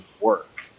work